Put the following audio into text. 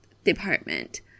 department